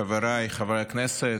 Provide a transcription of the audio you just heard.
חבריי חברי הכנסת,